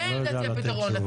זה לדעתי פתרון.